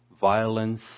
violence